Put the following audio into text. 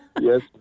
Yes